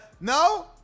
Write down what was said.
No